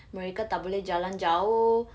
mereka tak boleh jalan jauh